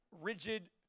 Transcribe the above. rigid